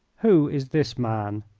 who is this man?